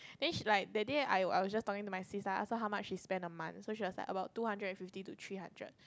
then she like that day I I was just talking to my sis lah I ask her how much she spend a month so she was like about two hundred fifty to three hundred